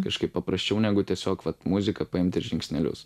kažkaip paprasčiau negu tiesiog vat muziką paimt ir žingsnelius